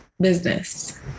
business